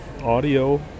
audio